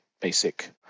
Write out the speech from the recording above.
basic